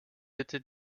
bitte